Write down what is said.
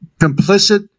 complicit